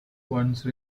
once